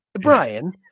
Brian